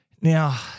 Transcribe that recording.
Now